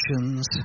actions